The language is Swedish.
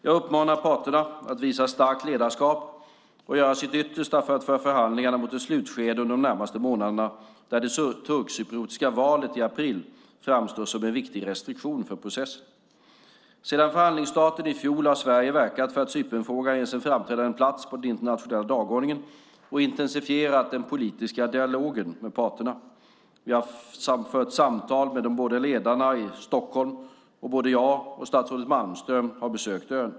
Jag uppmanar parterna att visa starkt ledarskap och göra sitt yttersta för att föra förhandlingarna mot ett slutskede under de närmaste månaderna, där det turkcypriotiska valet i april framstår som en viktig restriktion för processen. Sedan förhandlingsstarten i fjol har Sverige verkat för att Cypernfrågan ges en framträdande plats på den internationella dagordningen och intensifierat den politiska dialogen med parterna. Vi har fört samtal med båda ledarna i Stockholm, och både jag och statsrådet Malmström har besökt ön.